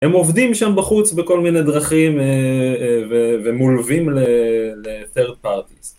הם עובדים שם בחוץ בכל מיני דרכים ומולווים לthird parties